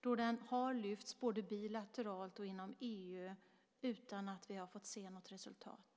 Den har ju lyfts fram både bilateralt och i EU utan att vi fått se några resultat.